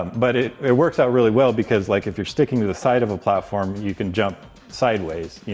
but it it works out really well, because like if you're sticking to the side of a platform, you can jump sideways, you